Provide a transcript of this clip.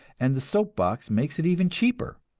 and the soap-box makes it even cheaper.